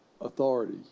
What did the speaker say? authority